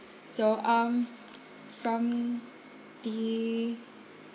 so um from the